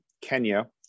Kenya